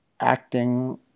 acting